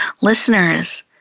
Listeners